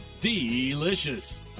delicious